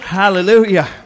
Hallelujah